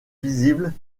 visibles